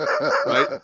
Right